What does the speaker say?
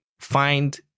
Find